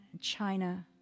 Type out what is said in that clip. China